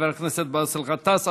חבר הכנסת באסל גטאס,